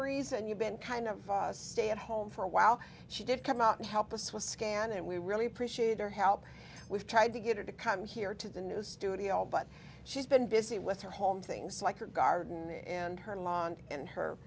reason you've been kind of stay at home for a while she did come out and help us with scan and we really appreciate her help we've tried to get her to come here to the new studio but she's been busy with her home things like her garden and her